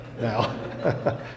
now